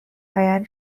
ian